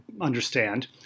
understand